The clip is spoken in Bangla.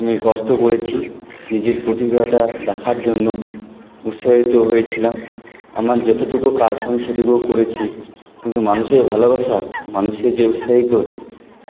আমি কষ্ট করেছি নিজের প্রতিভাটা দেখার জন্য উৎসাহিত হয়েছিলাম আমার যতটুকু কাজ আমি সেটুকুও করেছি কিন্তু মানুষের ভালোবাসা মানুষের যে উৎসাহ